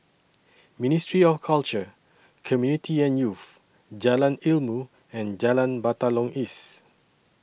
Ministry of Culture Community and Youth Jalan Ilmu and Jalan Batalong East